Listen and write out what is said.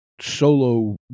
solo